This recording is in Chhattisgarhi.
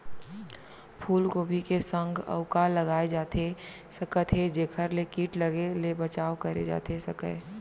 फूलगोभी के संग अऊ का लगाए जाथे सकत हे जेखर ले किट लगे ले बचाव करे जाथे सकय?